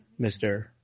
Mr